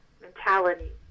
mentality